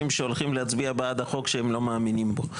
שהולכים להצביע בעד החוק שהם לא מאמינים בו.